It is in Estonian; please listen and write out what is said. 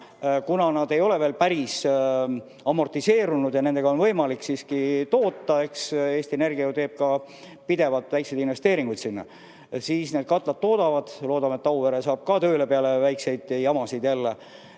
kuna nad ei ole veel päris amortiseerunud ja nendega on võimalik siiski toota – eks Eesti Energia tee ju ka pidevalt väikseid investeeringuid sinna –, siis need katlad toodavad. Loodame, et ka Auvere saadakse jälle tööle pärast neid väikseid jamasid.